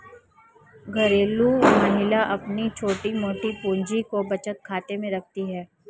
घरेलू महिलाएं अपनी छोटी मोटी पूंजी को बचत खाते में रखती है